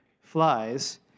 flies